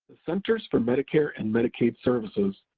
centers for medicare and medicaid services,